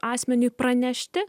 asmeniui pranešti